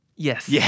Yes